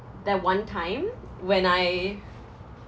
that one time when I